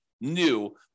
new